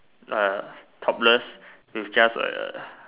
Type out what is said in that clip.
uh topless with just A